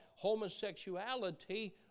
homosexuality